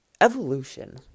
Evolution